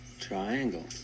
Triangle